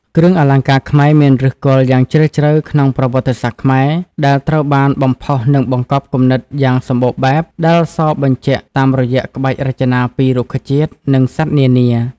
គ្រឿងអលង្ការខ្មែរ មានឫសគល់យ៉ាងជ្រៅនៅក្នុងប្រវត្តិសាស្ត្រខ្មែរ ដែលត្រូវបានបំផុសនិងបង្កប់គំនិតយ៉ាងសម្បូរបែបដែលសបញ្ជាក់តាមរយៈក្បាច់រចនាពីរុក្ខជាតិ និងសត្វនានា។